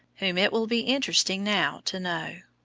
whom it will be interesting now to know.